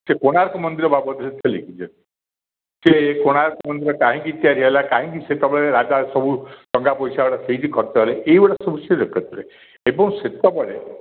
ସେ କୋଣାର୍କ ମନ୍ଦିର ବାବଦରେ ସେ ଲେଖିଛନ୍ତି ଯେ କୋଣାର୍କ ମନ୍ଦିର କାହିଁକି ତିଆରି ହେଲା କାହିଁକି ସେତେବେଳେ ରାଜା ସବୁ ଟଙ୍କା ପଇସାଗୁଡ଼ା ସେଇଠି ଖର୍ଚ୍ଚ ହେଲା ଏଇଗୁଡ଼ା ସବୁ ଲେଖିଥିଲେ ଏବଂ ସେତେବେଳେ